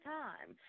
time